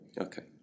okay